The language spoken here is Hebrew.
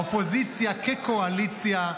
אופוזיציה כקואליציה,